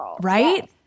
right